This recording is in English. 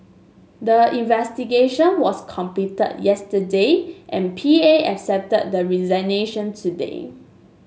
the investigation was completed yesterday and P A accepted the resignation today